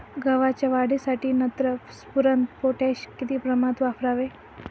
गव्हाच्या वाढीसाठी नत्र, स्फुरद, पोटॅश किती प्रमाणात वापरावे?